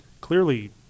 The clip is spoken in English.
clearly